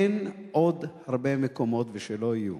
אין עוד הרבה מקומות, ושלא יהיו,